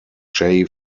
jay